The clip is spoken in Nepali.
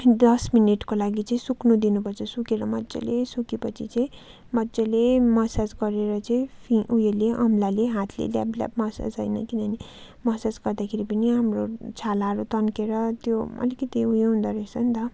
दस मिनटको लागि चाहिँ सुक्नु दिनु पर्छ सुकेर मजाले सुके पछि चाहिँ मजाले मसाज गरेर चाहिँ फ् उयोले औँला हातले ल्याप ल्याप मसाज होइन किनभने मसाज गर्दाखेरि पनि हाम्रो छालाहरू तन्केर त्यो अलिकति उयो हुँदो रहेछ नि त